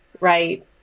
right